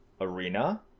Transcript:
arena